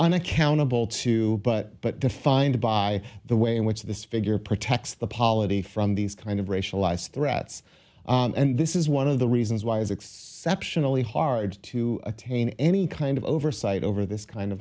naccountable to but but defined by the way in which this figure protects the polity from these kind of racialized threats and this is one of the reasons why is exceptionally hard to attain any kind of oversight over this kind of